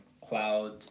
cloud